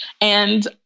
And-